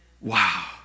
Wow